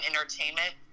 entertainment